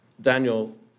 Daniel